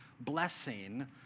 blessing